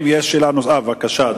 בבקשה,